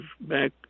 back